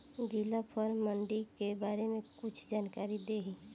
जिला फल मंडी के बारे में कुछ जानकारी देहीं?